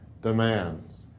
demands